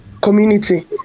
community